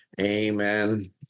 Amen